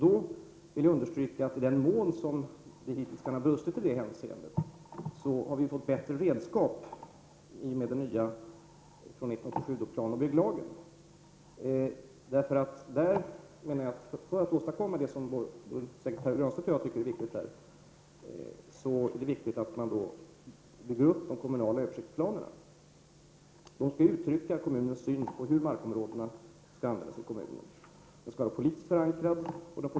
Jag vill då understryka att i den mån det hittills har brustit i det hänseendet, har vi fått ett bättre redskap i och med den nya planoch bygglagen från 1987. För att åstadkomma det som både Pär Granstedt och jag tycker är viktigt är det väsentligt att man bygger upp de kommunala översiktsplanerna. De skall uttrycka kommunens syn på hur markområdena skall användas i kommunen, och de skall vara politiskt förankrade.